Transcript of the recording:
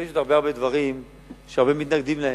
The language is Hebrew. ויש עוד הרבה-הרבה דברים שהרבה מתנגדים להם,